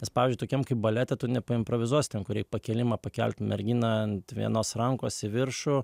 nes pavyzdžiui tokiam kaip balete tu nepaimprovizuosi ten kur reik pakėlimą pakelti merginą ant vienos rankos į viršų